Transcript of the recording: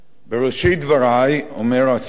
בראשית דברי, אומר השר,